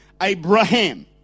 Abraham